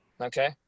okay